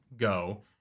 Go